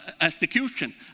execution